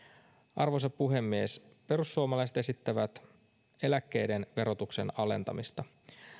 arvoisa puhemies perussuomalaiset esittävät eläkkeiden verotuksen alentamista